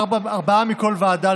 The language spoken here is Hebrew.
ארבעה מכל ועדה,